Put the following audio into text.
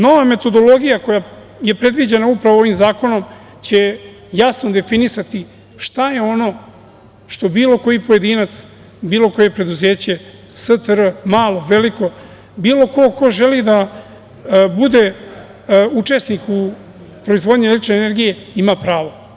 Nova metodologija koja je predviđena upravo ovim zakonom će jasno definisati šta je ono što bilo koji pojedinac, bilo koje preduzeće, STR, malo, veliko, bilo ko ko želi da bude učesnik u proizvodnji električne energije, ima pravo.